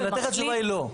לשאלתך התשובה היא לא.